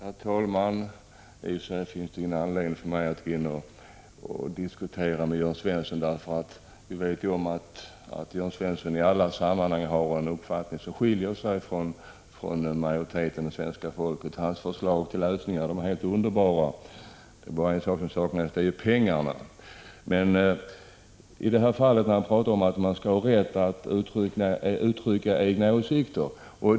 Herr talman! Det finns i och för sig ingen anledning för mig att diskutera med Jörn Svensson. Vi vet ju att Jörn Svensson i alla sammanhang har en uppfattning som skiljer sig från den uppfattning majoriteten av svenska folket har. Hans förslag om lösningar är helt underbara. Det är bara pengarna som saknas. I det här fallet talar han om att man skall ha rätt att uttrycka egna åsikter.